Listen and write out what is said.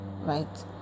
right